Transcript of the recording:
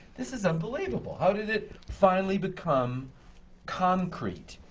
this is unbelievable! how did it finally become concrete?